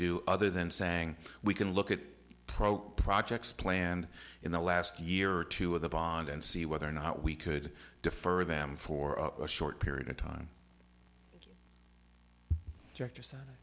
do other than saying we can look at pro projects planned in the last year or two of the bond and see whether or not we could defer them for a short period of time director so